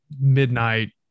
midnight